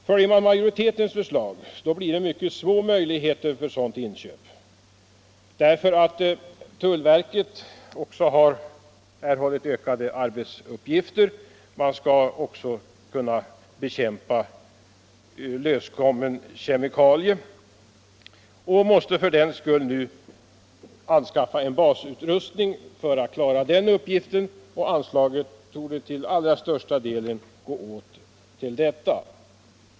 Följer man majoritetens förslag blir det mycket små möjligheter att göra sådana inköp. Tullverket har nämligen också fått ökade arbetsuppgifter och skall även bekämpa löskommen kemikalie. För den skull måste nu tullverket anskaffa en basutrustning för att klara den uppgiften, och anslaget torde till allra största delen gå åt till detta.